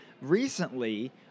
recently